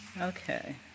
okay